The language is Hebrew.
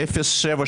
אין ספק